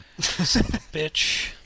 Bitch